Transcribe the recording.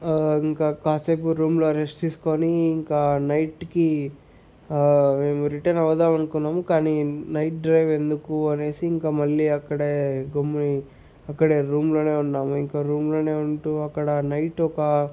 ఇంక కాసేపు రూమ్లో రెస్ట్ తీసుకోని ఇంకా నైట్కి మేము రిటన్ అవుదామనుకున్నాము కానీ నైట్ డ్రైవ్ ఎందుకు అనేసి ఇంక మళ్ళీ అక్కడే గమ్ముని అక్కడే రూమ్లోనే ఉన్నాము ఇంక రూమ్లోనే ఉంటూ అక్కడ నైట్ ఒక